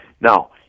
Now